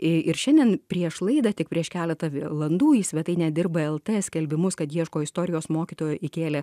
ir šiandien prieš laidą tik prieš keletą valandų į svetainę dirba lt skelbimus kad ieško istorijos mokytojų įkėlė